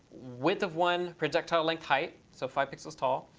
width of one, projectile length height so five pixels tall.